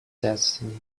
destiny